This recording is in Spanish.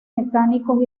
mecánicos